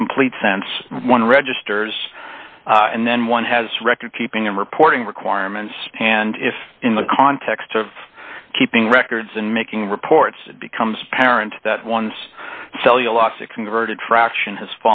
a complete sense one registers and then one has record keeping and reporting requirements and if in the context of keeping records and making reports it becomes apparent that one's cellulosic converted fraction has